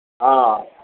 हँ